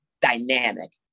dynamic